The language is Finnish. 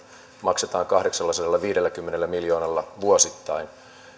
maksetaan kahdeksallasadallaviidelläkymmenellä miljoonalla vuosittain